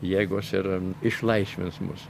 jėgos ir išlaisvins mus